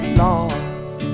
lost